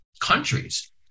countries